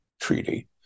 treaty